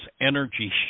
energy